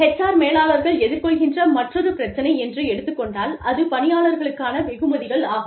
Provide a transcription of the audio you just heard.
HR மேலாளர்கள் எதிர்கொள்கின்ற மற்றொரு பிரச்சினை என்று எடுத்துக் கொண்டால் அது பணியாளருக்கான வெகுமதிகள் ஆகும்